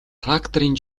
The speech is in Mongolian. тракторын